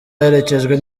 aherekejwe